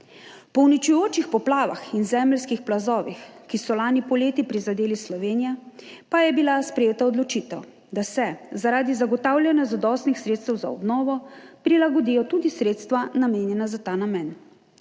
Po uničujočih poplavah in zemeljskih plazovih, ki so lani poleti prizadeli Slovenijo, pa je bila sprejeta odločitev, da se zaradi zagotavljanja zadostnih sredstev za obnovo prilagodijo tudi sredstva, namenjena za ta namen.